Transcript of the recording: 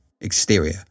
Exterior